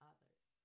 Others